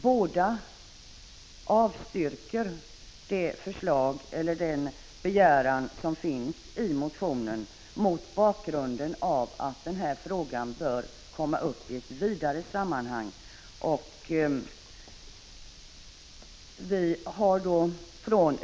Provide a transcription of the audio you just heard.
Båda avstyrker den begäran som finns i motionen, mot bakgrund av att frågan bör komma upp i ett vidare sammanhang.